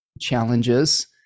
challenges